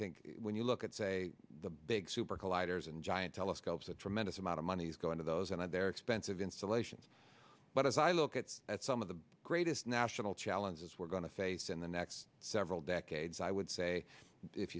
think when you look at say the big super colliders and giant telescopes a tremendous amount of money is going to those and i they're expensive installations but as i look at that some of the greatest national challenges we're going to face in the next several decades i would say if